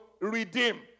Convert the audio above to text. redeem